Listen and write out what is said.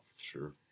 Sure